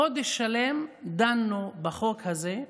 חודש שלם דנו בחוק הזה.